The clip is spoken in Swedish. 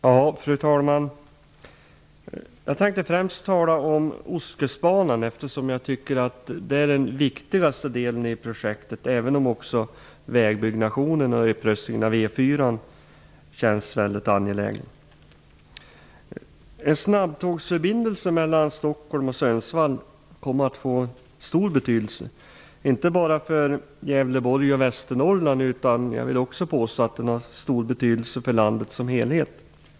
Fru talman! Jag tänkte främst tala om Ostkustbanan, eftersom jag tycker att det är den viktigaste delen av projektet, även om också vägbyggnationen och upprustningen av E 4 känns mycket angelägen. Sundsvall kommer att få stor betydelse, inte bara för Gävleborg och Västernorrland -- jag vill också påstå att den får stor betydelse för landet som helhet.